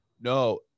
No